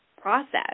process